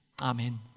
Amen